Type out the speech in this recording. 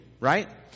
Right